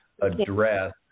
address